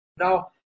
Now